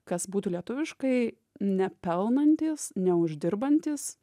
kas būtų lietuviškai nepelnantys neuždirbantys